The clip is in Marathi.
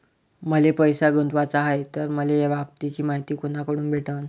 मले पैसा गुंतवाचा हाय तर मले याबाबतीची मायती कुनाकडून भेटन?